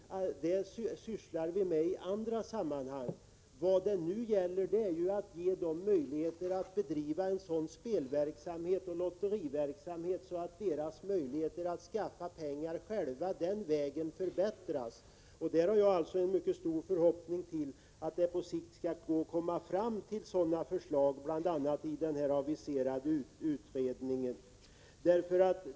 Det sysslar vi med i andra sammanhang. Vad det nu gäller är att försöka ge organisationerna möjligheter att bedriva sådan speloch lotteriverksamhet att deras möjligheter att själva skaffa pengar den vägen förbättras. Jag har stora förhoppningar om att på sikt komma fram till sådana förslag, bl.a. i den aviserade utredningen.